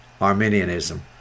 Arminianism